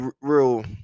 real